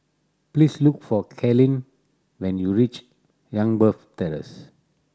please look for Kalyn when you reach Youngberg Terrace